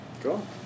Cool